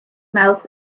mouth